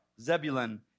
Zebulun